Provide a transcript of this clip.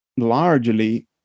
Largely